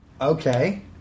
Okay